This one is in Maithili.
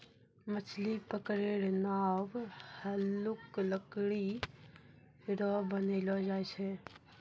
मछली पकड़ै रो नांव हल्लुक लकड़ी रो बनैलो जाय छै